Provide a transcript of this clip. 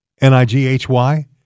N-I-G-H-Y